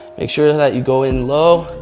make sure that you go in low.